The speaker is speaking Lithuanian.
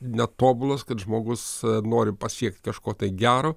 netobulas kad žmogus nori pasiekt kažko gero